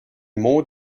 more